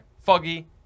Foggy